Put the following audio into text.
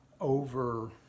over